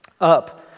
Up